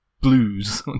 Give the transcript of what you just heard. blues